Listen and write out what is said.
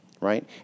right